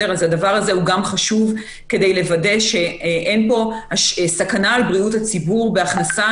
אז הדבר הזה גם חשוב כדי לוודא שאין פה סכנה לבריאות הציבור בהכנסה